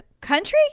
country